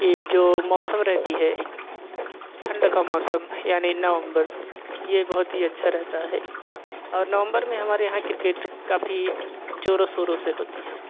ये जो मौसम रहती है ठण्ड का मौसम यानि नवम्बर ये बहुत ही अच्छा रहता है और नवम्बर में हमारे यहाँ क्रिकेट काफी जोरों शोरों से होती है